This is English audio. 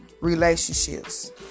relationships